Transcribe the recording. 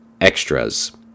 extras